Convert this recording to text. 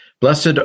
Blessed